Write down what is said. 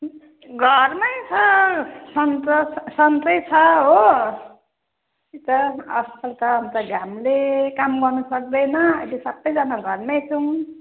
घरमै छ सन्च सन्चै छ हो आजकल त अन्त घामले काम गर्न सक्दैन अहिले सबैजना घरमै छौँ